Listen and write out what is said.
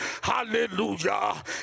Hallelujah